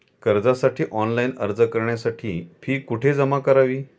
कर्जासाठी ऑनलाइन अर्ज करण्यासाठी फी कुठे जमा करावी?